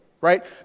right